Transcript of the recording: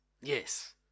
yes